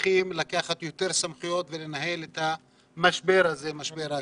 צריכים לקחת יותר סמכויות ולנהל את משבר הקורונה,